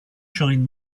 shine